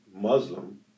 muslim